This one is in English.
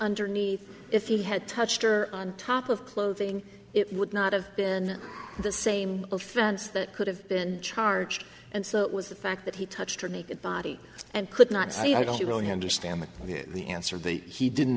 underneath if he had touched her on top of clothing it would not have been the same offense that could have been charged and so it was the fact that he touched her naked body and could not say i don't really understand what the answer but he didn't